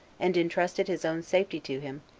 and intrusted his own safety to him,